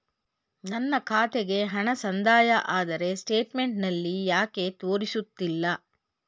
ನನ್ನ ಖಾತೆಗೆ ಹಣ ಸಂದಾಯ ಆದರೆ ಸ್ಟೇಟ್ಮೆಂಟ್ ನಲ್ಲಿ ಯಾಕೆ ತೋರಿಸುತ್ತಿಲ್ಲ?